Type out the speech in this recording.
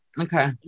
Okay